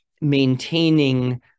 maintaining